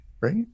right